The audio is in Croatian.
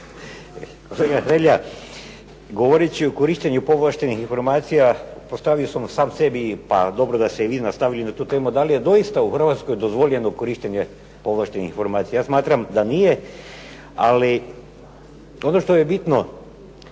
Kolega Hrelja, govorit ću o korištenju povlaštenih informacija. Postavio sam sam sebi, pa dobro da ste i vi nastavili na tu temu da li je doista u Hrvatskoj dozvoljeno korištenje povlaštenih informacija. Ja smatram da nije. Ali ono što je bitno